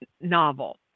novel